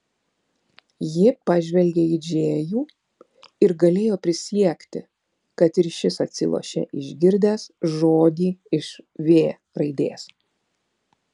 ji pažvelgė į džėjų ir galėjo prisiekti kad ir šis atsilošė išgirdęs žodį iš v raidės